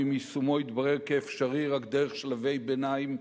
גם אם יישומו יתברר כאפשרי רק דרך שלבי ביניים,